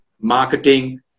marketing